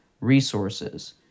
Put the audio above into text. resources